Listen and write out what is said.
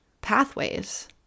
pathways